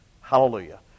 Hallelujah